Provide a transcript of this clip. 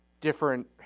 different –